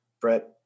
Brett